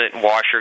washer